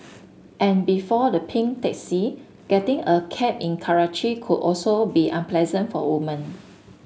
and before the pink taxi getting a cab in Karachi could also be unpleasant for women